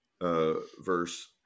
verse